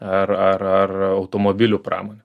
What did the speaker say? ar ar ar automobilių pramonė